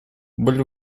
более